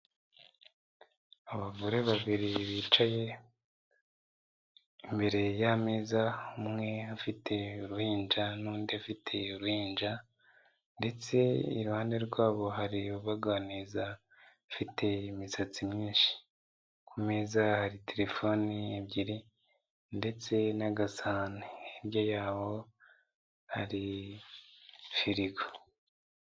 Abagore babiri bicaye imbere y'ameza, umwe afite uruhinja n'undi afite uruhinja, ndetse iruhande rwabo hari ubaganiza ufite imisatsi myinshi, ku meza hari terefone ebyiri ndetse n'agasahani, hirya yaho hari firigo.